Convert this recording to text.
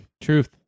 Truth